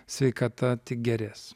sveikata tik gerės